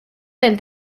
del